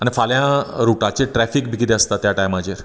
आनी फाल्यां रुटाचेर ट्रॅफीक वी कितें आसता त्या टायमाचेर